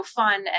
fun